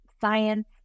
science